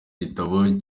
gitabo